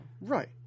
Right